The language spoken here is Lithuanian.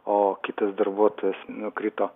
o kitas darbuotojas nukrito